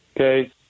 Okay